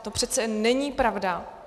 To přece není pravda.